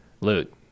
Loot